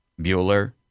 Bueller